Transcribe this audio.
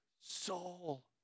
soul